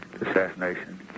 assassination